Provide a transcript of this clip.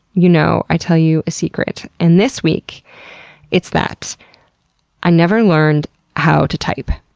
you know i tell you a secret. and this week it's that i never learned how to type.